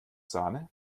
sahne